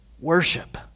worship